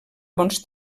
bons